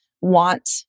want